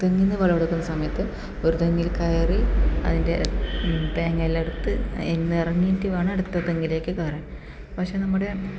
തെങ്ങിന്ന് വിളവെടുക്കുന്ന സമയത്ത് ഒരു തെങ്ങിൽ കയറി അതിൻ്റെ തേങ്ങ എല്ലാം എടുത്ത് അതിൽ നിന്ന് ഇറങ്ങിയിട്ട് വേണം അടുത്ത തെങ്ങിലേക്ക് കയറാൻ പക്ഷെ നമ്മുടെ